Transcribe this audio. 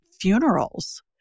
funerals